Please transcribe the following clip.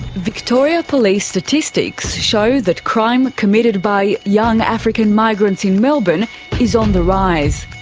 victoria police statistics show that crime committed by young african migrants in melbourne is on the rise.